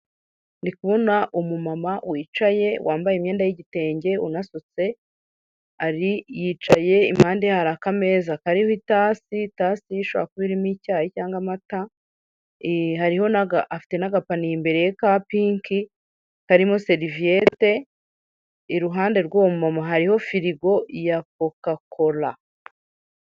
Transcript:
Ndikubona umumama wicaye wambaye imyenda y'igitenge unasutse, ari yicaye impande ye hari akameza kariho itasi, itasi shobora kuba irimo icyayi cyangwa amata, hariho n'aga afite n'agapaniye imbere ka pinki, karimo seriviyete, iruhande rw'uwo mu mama hariho firigo ya kokakola.